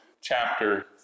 chapter